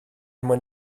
mwyn